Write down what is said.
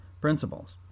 principles